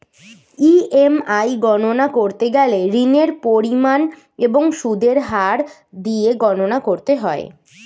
EMI গণনা করতে গেলে ঋণের পরিমাণ এবং সুদের হার দিয়ে গণনা করতে হয়